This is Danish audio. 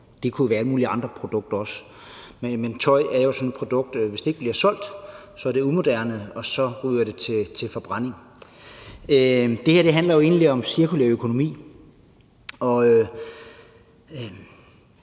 Det kunne være alle mulige andre produkter også, men tøj er jo sådan et produkt, der bliver umoderne, og hvis ikke det bliver solgt, ryger det til forbrænding. Det her handler egentlig om cirkulær økonomi. Jeg